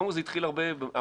קודם כל זה התחיל הרבה --- כן,